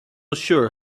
sure